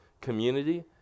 community